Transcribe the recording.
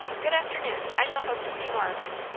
good afternoon! i shall hope to see more of you.